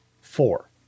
four